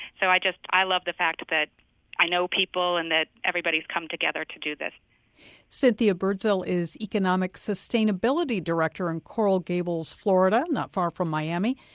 so i just love the fact that i know people and that everybody's come together to do this cynthia birdsill is economic sustainability director in coral gables, fla, and not far from miami.